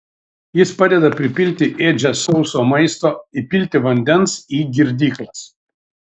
jis padeda pripilti ėdžias sauso maisto įpilti vandens į girdyklas